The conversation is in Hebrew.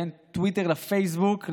בין טוויטר לפייסבוק,